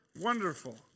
Wonderful